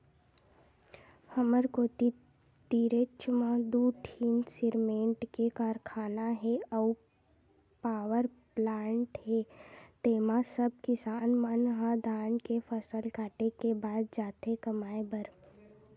हमर कोती तीरेच म दू ठीन सिरमेंट के कारखाना हे अउ पावरप्लांट हे तेंमा सब किसान मन ह धान के फसल काटे के बाद जाथे कमाए बर